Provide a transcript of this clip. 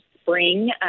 spring